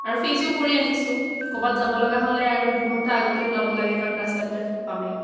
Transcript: আৰু ফেচো কৰি আহিছোঁ ক'ৰবাত যাবলগা হ'লে আৰু দুঘণ্টা আগতেই ওলাব লাগে কাৰণ ৰাস্তাত ট্ৰেফিক পামেই